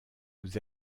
vous